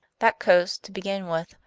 that coast, to begin with,